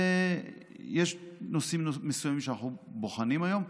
ויש נושאים מסוימים שאנחנו בוחנים היום.